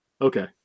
okay